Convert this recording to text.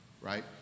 right